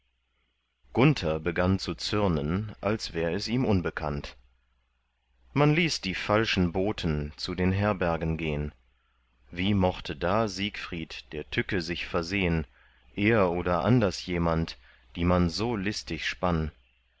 gunther begann zu zürnen als wär es ihm unbekannt man ließ die falschen boten zu den herbergen gehn wie mochte da siegfried der tücke sich versehn er oder anders jemand die man so listig spann